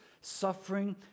suffering